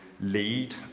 lead